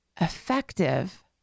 effective